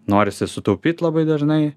norisi sutaupyt labai dažnai